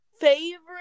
Favorite